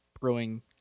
brewing